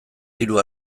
diru